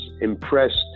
impressed